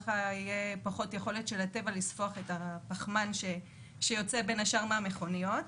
כך תהיה פחות יכולת של הטבע לספוח את הפחמן שיוצא בין השאר מהמכוניות.